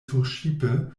surŝipe